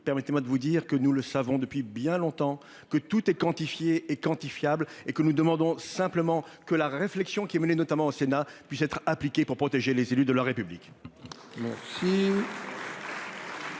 Permettez-moi de vous dire que nous le savons depuis bien longtemps que tout est quantifié et quantifiable et que nous demandons simplement que la réflexion qui est menée, notamment au Sénat puisse être appliqué pour protéger les élus de la République.